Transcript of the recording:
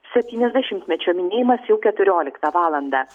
septyniasdešimtmečio minėjimas jau keturioliktą valandą